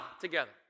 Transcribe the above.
together